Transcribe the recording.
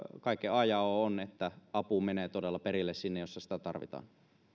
kaiken a ja o on että apu menee todella perille sinne missä sitä tarvitaan